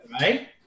Right